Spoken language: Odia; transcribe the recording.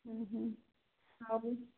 ଆଉ